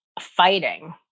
fighting